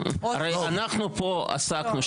הרי אנחנו פה עסקנו --- אוקיי.